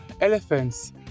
elephants